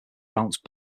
bounced